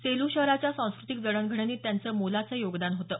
सेलू शहराच्या सांस्कृतिक जडणघडणीत त्यांचं मोलाचं योगदान होतं